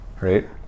right